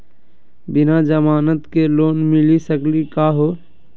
बिना जमानत के लोन मिली सकली का हो?